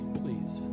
please